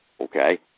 okay